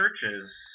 churches